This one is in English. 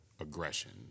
aggression